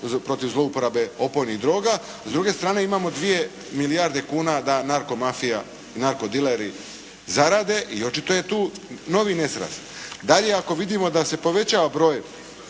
protiv zlouporabe opojnih droga, s druge strane imamo 2 milijarde kuna da narkomafija i narkodileri zarade. I očito je tu novi nesraz. Dalje ako vidimo da se povećava broj